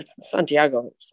Santiago